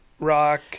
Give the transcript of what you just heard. Rock